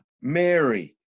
Mary